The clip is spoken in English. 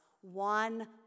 One